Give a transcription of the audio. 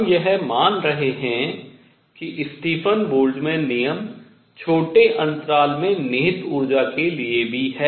हम यह मान रहे हैं कि स्टीफन बोल्ट्जमैन नियम छोटे अंतराल में निहित ऊर्जा के लिए भी है